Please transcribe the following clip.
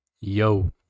Yo